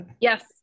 Yes